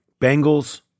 Bengals